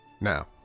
Now